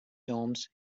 domes